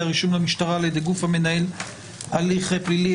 הרישום למשטרה על ידי גוף המנהל הליך פלילי),